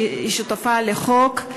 שהיא השותפה לחוק,